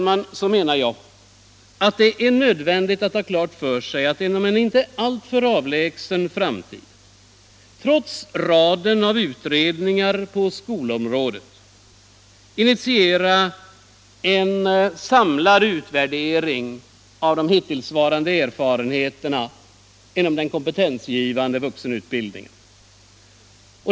Jag menar att det är nödvändigt att — trots raden av utredningar på skolområdet — inom en inte alltför avlägsen framtid initiera en samlad utvärdering av de hittillsvarande erfarenheterna inom den kompetensgivande vuxenutbildningen.